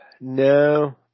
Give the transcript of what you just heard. No